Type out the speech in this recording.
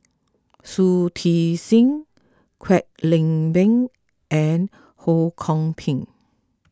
Shui Tit Sing Kwek Leng Beng and Ho Kwon Ping